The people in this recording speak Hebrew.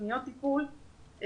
תוכניות טיפול,